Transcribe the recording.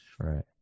Right